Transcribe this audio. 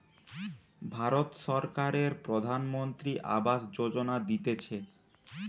ভারত সরকারের প্রধানমন্ত্রী আবাস যোজনা দিতেছে